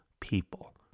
people